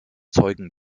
zeugen